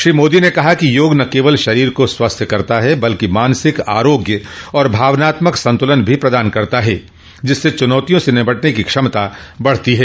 श्री मोदी ने कहा कि योग न केवल शरीर को स्वस्थ करता है बल्कि मानसिक आरोग्य और भावनात्मक संतुलन भी प्रदान करता है जिससे चुनौतियों से निपटने की क्षमता बढ़ती है